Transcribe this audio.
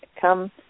come